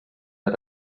era